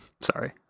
Sorry